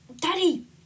Daddy